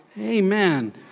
Amen